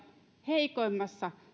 heikoimmassa